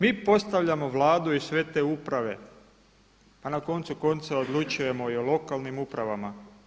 Mi postavljamo Vladu i sve te uprave, a na koncu konca odlučujemo i o lokalnim upravama.